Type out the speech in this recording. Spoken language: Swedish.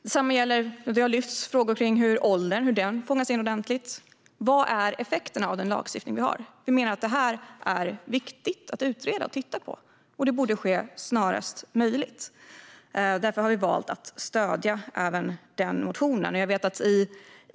Det lyfts också upp frågor om ålder fångas in ordentligt. Vilka effekterna är av den lagstiftning vi har är viktigt att utreda, och det borde ske snarast möjligt. Därför har vi valt att stödja denna reservation.